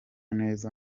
neza